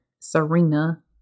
Serena